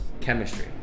Chemistry